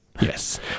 Yes